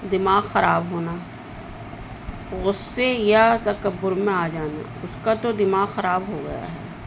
دماغ خراب ہونا اس سے یا ت کبر میں آ جان گا اس کا تو دماغ خراب ہو گیا ہے